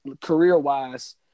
career-wise